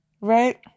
Right